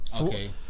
Okay